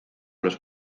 los